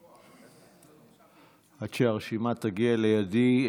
עד שהרשימה תגיע לידי,